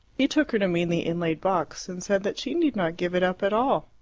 he took her to mean the inlaid box, and said that she need not give it up at all.